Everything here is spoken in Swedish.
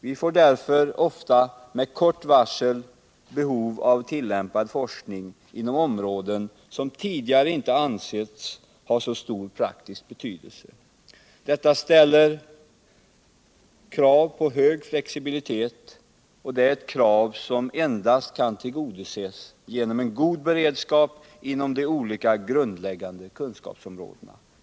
Vi får därför ofta med kort varsel behov av tillämpad forskning inom områden som tidigare inte ansetts ha så stor praktisk betydelse. Detta ställer krav på hög flexibilitet, och det är ett krav som endast kan tillgodoses genom en god beredskap inom de olika grundläggande kunskapsområdena.